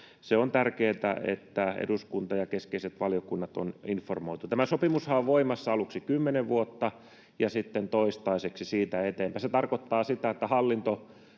Se on tärkeätä, että eduskunta ja keskeiset valiokunnat on informoitu. Tämä sopimushan on voimassa aluksi kymmenen vuotta ja sitten toistaiseksi siitä eteenpäin. Se tarkoittaa sitä, että hallinto